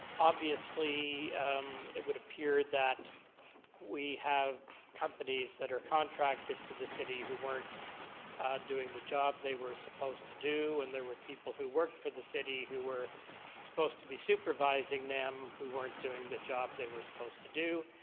obviously it would appear that we have companies that are contracted to the city who weren't doing the job they were supposed to do. and they were people who worked for the city who were supposed to be supervisng them who weren't doing the job they were supposed to do.